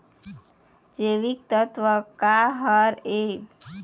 जैविकतत्व का हर ए?